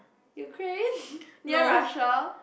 Ukraine near Russia